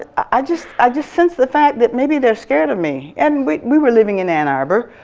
ah i just i just sense the fact that maybe they're scared of me? and we we were living in ann arbor,